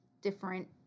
different